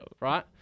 Right